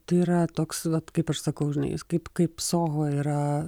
tai yra toks vat kaip ir sakau žinai jis kaip kaip soho yra